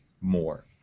more